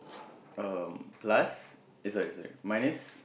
um plus eh sorry sorry minus